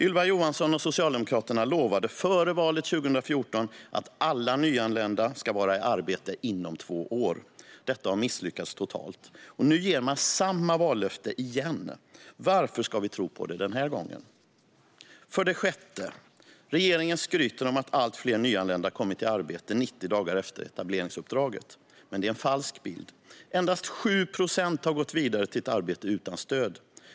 Ylva Johansson och Socialdemokraterna lovade före valet 2014 att alla nyanlända skulle vara i arbete inom två år. Detta har misslyckats totalt, och nu ger man samma vallöfte igen. Varför ska vi tro på det den här gången? För det sjätte: Regeringen skryter om att allt fler nyanlända kommit i arbete 90 dagar efter etableringsuppdraget, men det är en falsk bild. Endast 7 procent har gått vidare till ett arbete utan stöd.